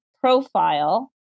profile